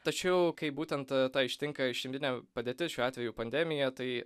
tačiau kaip būtent ta ištinka išimtinė padėtis šiuo atveju pandemija tai